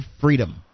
freedom